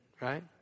right